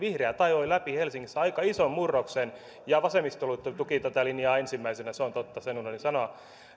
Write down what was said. vihreät ajoivat helsingissä läpi aika ison murroksen ja vasemmistoliitto tuki tätä linjaa ensimmäisenä se on totta sen unohdin sanoa